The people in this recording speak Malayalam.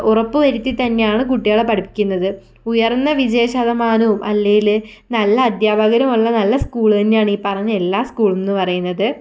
ഉറപ്പ് വരുത്തി തന്നെയാണ് കുട്ടികളെ പഠിപ്പിക്കുന്നത് ഉയർന്ന വിജയ ശതമാനവും അല്ലെങ്കിൽ നല്ല അധ്യാപകരുമുള്ള നല്ല സ്കൂൾ തന്നെയാണ് ഈ പറഞ്ഞ എല്ലാ സ്കൂളും എന്ന് പറയുന്നത്